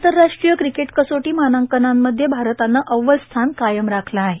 आंतरराष्ट्रीय क्रिकेट कसोटी मानांकनांमध्ये भारतानं अव्वल स्थान कायम राखलं आहे